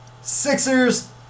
Sixers